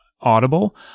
Audible